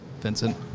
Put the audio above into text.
Vincent